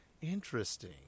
interesting